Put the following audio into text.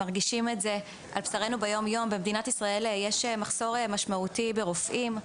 מרגישים את זה על בשרנו יום-יום שבמדינת ישראל יש מחסור ניכר ברופאים.